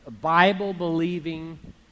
Bible-believing